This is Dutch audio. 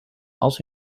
als